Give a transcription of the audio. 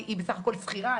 היא בסך הכל שכירה,